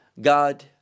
god